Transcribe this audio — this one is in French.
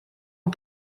aux